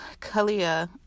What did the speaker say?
Kalia